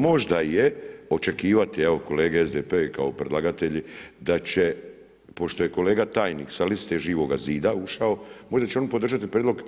Možda je očekivat, evo kolege SDP kao predlagatelji da će pošto je kolega tajnik sa liste Živoga zida ušao, možda će oni podržati prijedlog